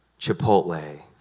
Chipotle